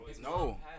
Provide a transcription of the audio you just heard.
no